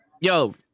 Yo